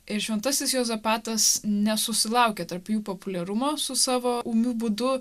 ir šventasis juozapatas nesusilaukė tarp jų populiarumo su savo ūmiu būdu